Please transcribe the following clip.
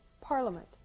Parliament